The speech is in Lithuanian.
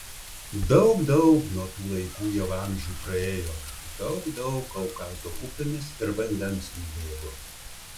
daug daug nuo tų laikų jau amžių praėjo daug daug kaukazo upėmis ir vandens nubėgo